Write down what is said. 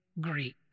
Greek